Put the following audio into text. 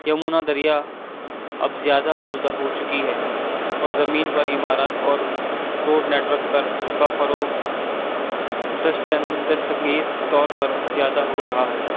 یمونا دریا اب زیادہ آلودہ ہو چکی ہے اور زمین پر عمارات اور پوٹ نیٹر کر کا فروغ دست دست انگیز طور پر زیادہ ہو رہا ہے